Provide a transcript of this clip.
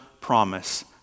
promise